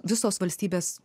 visos valstybės